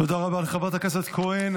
תודה רבה לחברת הכנסת כהן.